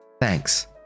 Thanks